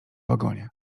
wagonie